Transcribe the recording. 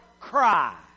cry